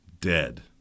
dead